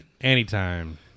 anytime